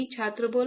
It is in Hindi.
ग्रेविटी बल